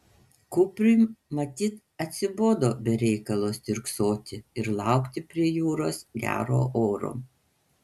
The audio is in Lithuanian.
kupriui matyt atsibodo be reikalo stirksoti ir laukti prie jūros gero oro